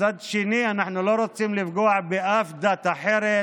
ומצד אחר אנחנו לא רוצים לפגוע בשום דת אחרת